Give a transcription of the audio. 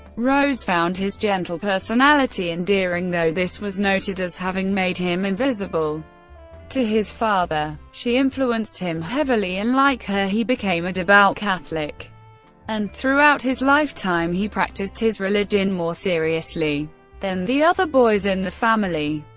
rose found his gentle personality endearing, though this was noted as having made him invisible to his father. she influenced him heavily and like her, he became a devout catholic and throughout his lifetime he practiced his religion more seriously than the other boys in the family.